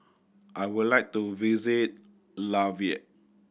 I would like to visit Latvia